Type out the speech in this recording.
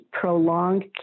prolonged